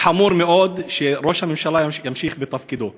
חמור מאוד שראש הממשלה ימשיך בתפקידו.